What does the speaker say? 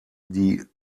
die